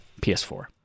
PS4